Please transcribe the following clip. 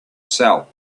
sell